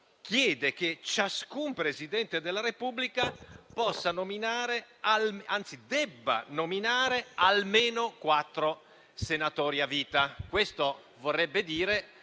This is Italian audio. chiede che ciascun Presidente della Repubblica debba nominare almeno quattro senatori a vita. Ciò vorrebbe dire